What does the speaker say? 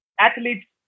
athletes